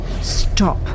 stop